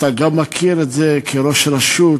אתה גם מכיר את זה כראש רשות,